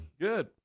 good